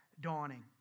dawning